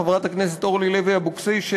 חברת הכנסת אורלי לוי אבקסיס,